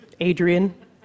Adrian